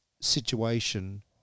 situation